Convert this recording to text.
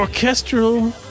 Orchestral